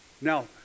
Now